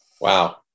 Wow